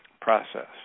process